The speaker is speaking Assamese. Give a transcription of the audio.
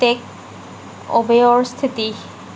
টেক অৱে'ৰ স্থিতি